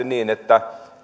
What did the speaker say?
niin että